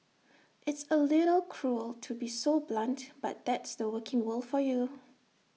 its A little cruel to be so blunt but that's the working world for you